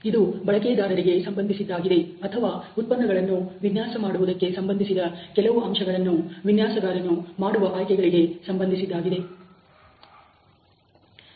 ಇದು ಬಳಕೆದಾರರಿಗೆ ಸಂಬಂಧಿಸಿದ್ದಾಗಿದೆ ಅಥವಾ ಉತ್ಪನ್ನಗಳನ್ನು ವಿನ್ಯಾಸ ಮಾಡುವುದಕ್ಕೆ ಸಂಬಂಧಿಸಿದ ಕೆಲವು ಅಂಶಗಳನ್ನು ವಿನ್ಯಾಸಗಾರನು ಮಾಡುವ ಆಯ್ಕೆಗಳಿಗೆ ಸಂಬಂಧಿಸಿವೆ